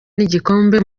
n’igikombe